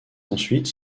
ensuite